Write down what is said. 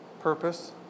Purpose